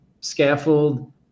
scaffold